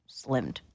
slimmed